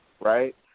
right